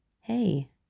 Hey